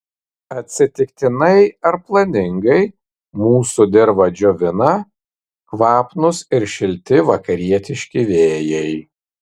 atsitiktinai ar planingai mūsų dirvą džiovina kvapnūs ir šilti vakarietiški vėjai